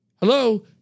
Hello